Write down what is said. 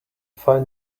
find